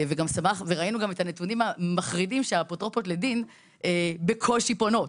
וראינו גם את הנתונים המחרידים שאפוטרופוס לדין בקושי פונות,